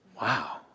Wow